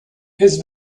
his